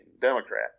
Democrat